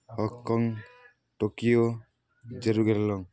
Hong Kong Tokyo ଜରଗେରଲ